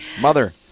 mother